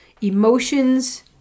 Emotions